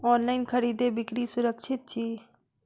online खरीदै बिक्री सुरक्षित छी